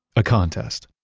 a contest.